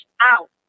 out